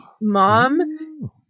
mom